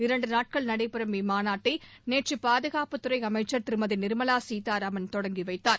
இரண்டு நாட்கள் நடைபெறும் இம்மாநாட்டை நேற்று பாதுகாப்புத் துறை அமைச்சர் திருமதி நிர்மவா சீத்தாராமன் தொடங்கி வைத்தார்